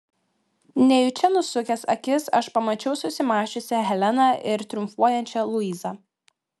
nejučia nusukęs akis aš pamačiau susimąsčiusią heleną ir triumfuojančią luizą